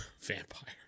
Vampire